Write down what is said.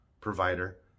provider